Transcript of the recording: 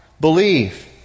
Believe